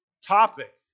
topic